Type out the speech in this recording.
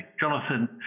Jonathan